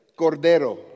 Cordero